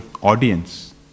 audience